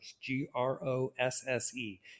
G-R-O-S-S-E